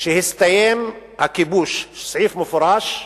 שהסתיים הכיבוש, סעיף מפורש: